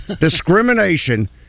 discrimination